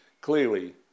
clearly